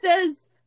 says